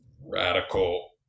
radical